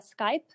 Skype